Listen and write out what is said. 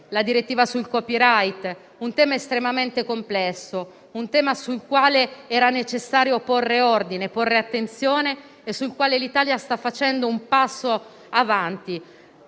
la direttiva sul *copyright*, un tema estremamente complesso, sul quale era necessario porre ordine ed attenzione e sul quale l'Italia sta facendo un passo avanti.